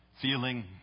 feeling